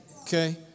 Okay